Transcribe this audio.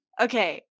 Okay